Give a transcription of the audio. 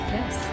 Yes